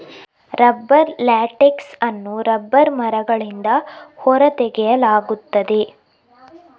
rubber latex ಅನ್ನು rubber ಮರಗಳಿಂದ ಹೊರ ತೆಗೆಯಲಾಗುತ್ತದೆ